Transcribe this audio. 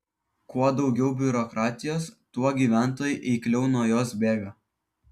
kuo daugiau biurokratijos tuo gyventojai eikliau nuo jos bėga